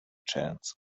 chance